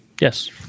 Yes